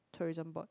tourism board